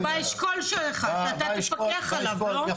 באשכול שלך, אתה תפקח עליו, לא?